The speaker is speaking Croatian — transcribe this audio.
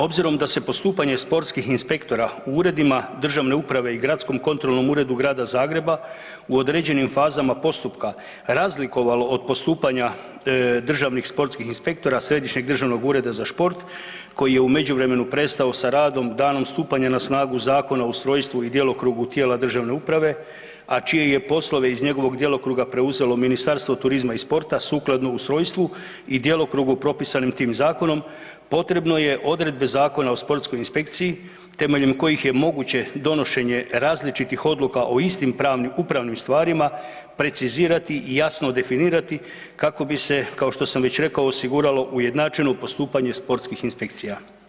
Obzirom da se postupanje sportskih inspektora u uredima državne uprave i gradskom kontrolnom uredu Grada Zagreba u određenim fazama postupka razlikovalo od postupanja državnih sportskih inspektora Središnjeg državnog ureda za šport, koji je u međuvremenu prestao sa radom, danom stupanja na snagu Zakona o ustrojstvu i djelokrugu tijela državne uprave, a čije je poslove iz njegovog djelokruga preuzelo Ministarstvo turizma i sporta, sukladno ustrojstvu i djelokrugu propisanim tim Zakonom, potrebno je odredbe Zakona o sportskoj inspekciji, temeljem kojih je moguće donošenje različitih odluka o istim upravnim stvarima precizirati i jasno definirati kako bi se, kao što sam već rekao, osiguralo ujednačeno postupanje sportskih inspekcija.